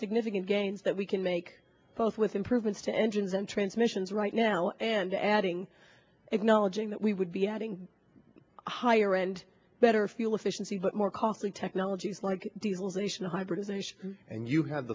significant gains that we can make both with improvements to engines then transmissions right now and adding acknowledging that we would be adding higher and better fuel efficiency but more costly technologies like diesels ation hybridization and you have